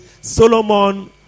Solomon